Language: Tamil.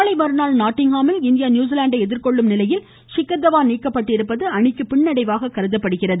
நாளை மறுநாள் நாட்டிங்ஹாமில் இந்தியா நியூசிலாந்தை எதிர்கொள்ளும் நிலையில் ஷிக்கர் தவான் நீக்கப்பட்டிருப்பது அணிக்கு பின்னடைவாக கருதப்படுகிறது